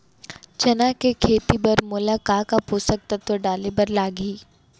चना के खेती बर मोला का का पोसक तत्व डाले बर लागही?